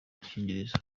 udukingirizo